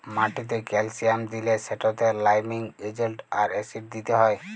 মাটিতে ক্যালসিয়াম দিলে সেটতে লাইমিং এজেল্ট আর অ্যাসিড দিতে হ্যয়